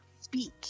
speak